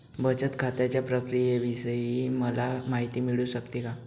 बचत खात्याच्या प्रक्रियेविषयी मला माहिती मिळू शकते का?